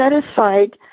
satisfied